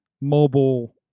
mobile